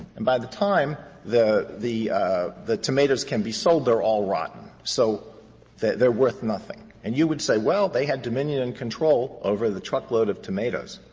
and by the time the the the tomatoes can be sold they're all rotten. so they're worth nothing. and you would say, well, they had dominion and control over the truckload of tomatoes.